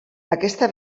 aquesta